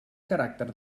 caràcter